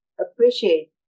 appreciate